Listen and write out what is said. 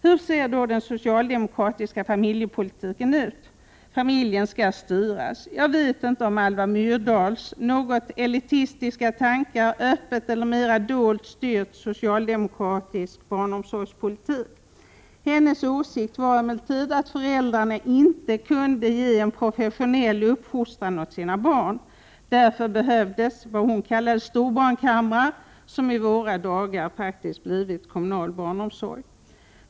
Hur ser då den socialdemokratiska familjepolitiken ut? Familjen skall styras. Jag vet inte om Alva Myrdals något elitistiska tankar öppet eller mera dolt styrt socialdemokratisk barnomsorgspolik. Hennes åsikt var emellertid att föräldrar inte kunde ge en professionell uppfostran åt sina barn. Därför behövdes ”storbarnkamrar”, som i våra dagar praktiskt blivit kommunal barnomsorg.